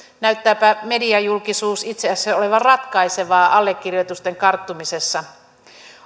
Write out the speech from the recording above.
näyttääpä mediajulkisuus itse asiassa olevan ratkaisevaa allekirjoitusten karttumisessa